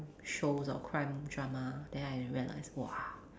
shows or crime drama then I realise !whoa!